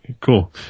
Cool